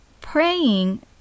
praying